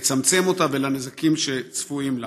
לצמצם אותה ואת הנזקים שצפויים לה.